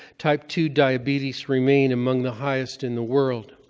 type two diabetes remain among the highest in the world.